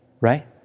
Right